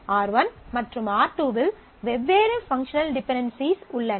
R1 மற்றும் R2 வில் வெவ்வேறு பங்க்ஷனல் டிபென்டென்சிஸ் உள்ளன